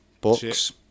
books